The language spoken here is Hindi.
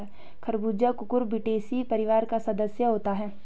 खरबूजा कुकुरबिटेसी परिवार का सदस्य होता है